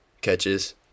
catches